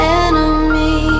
enemy